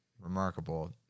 remarkable